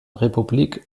republik